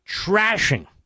trashing